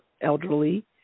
elderly